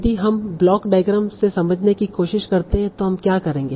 यदि हम block diagram से समझने की कोशिश करते हैं तों हम क्या करेंगे